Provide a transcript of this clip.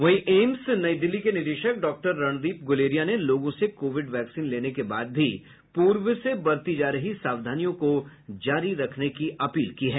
वहीं एम्स नई दिल्ली के निदेशक डॉक्टर रणदीप गुलेरिया ने लोगों से कोविड वैक्सीन लेने के बाद भी पूर्व से बरती जा रही सावधानियों को जारी रखने की अपील की है